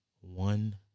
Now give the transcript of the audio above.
One